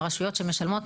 הרשויות שמשלמות,